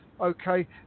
Okay